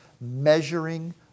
measuring